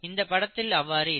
இந்தப்படத்தில் அவ்வாறு இல்லை